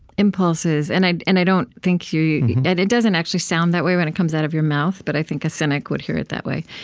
impulses. and i and i don't think you you and it doesn't actually sound that way when it comes out of your mouth, but i think a cynic would hear it that way.